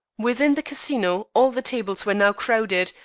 within the casino all the tables were now crowded,